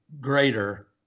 greater